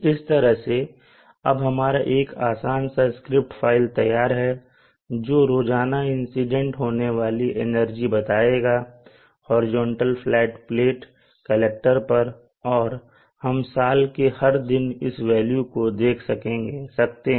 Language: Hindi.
इस तरह से अब हमारा एक आसान सा स्क्रिप्ट फाइल तैयार है जो रोजाना इंसिडेंट होने वाली एनर्जी बताएगा हॉरिजॉन्टल फ्लैट प्लेट कलेक्टर पर और हम साल के हर दिन इस वेल्यू को देख सकते हैं